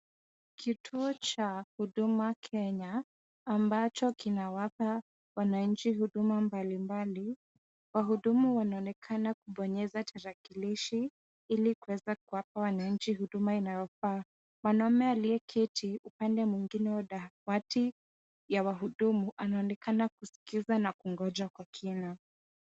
Kituo cha huduma Kenya ambacho kinawapa wanainchi huduma mbalimbali, wahudumu wanaonekana kubonyeza tarakilishi ilikuweza kuwapa wananchi huduma inayofaa. Mwanaume aliyeketi upande mwengine wa dawati ya wahudumu anaonekana kusikiza na kugonja kwa kina.